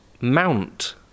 mount